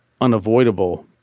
unavoidable